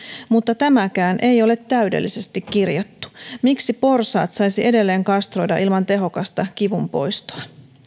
mutta tämäkään ei ole täydellisesti kirjattu miksi porsaat saisi edelleen kastroida ilman tehokasta kivunpoistoa